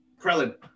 Krellin